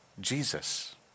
Jesus